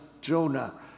Jonah